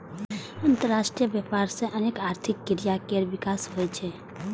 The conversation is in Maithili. अंतरराष्ट्रीय व्यापार सं अनेक आर्थिक क्रिया केर विकास होइ छै